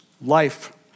life